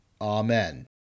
Amen